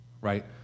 right